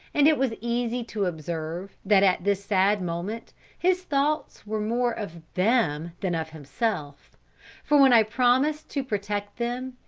and it was easy to observe that at this sad moment his thoughts were more of them than of himself for when i promised to protect them,